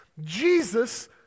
Jesus